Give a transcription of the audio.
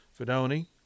fedoni